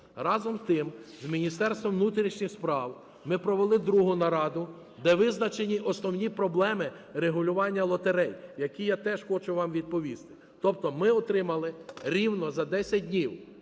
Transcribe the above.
Разом з тим, з Міністерством внутрішніх справ ми провели другу нараду, де визначені основні проблеми регулювання лотерей, які я теж хочу вам відповісти. Тобто ми отримали рівно за 10 днів